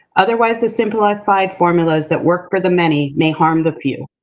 otherwise the simplified formulas that work for the many may harm the few.